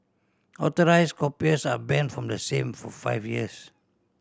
authorise occupiers are banned from the same for five years